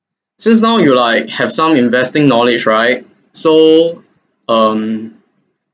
since now you like have some investing knowledge right so um